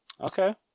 Okay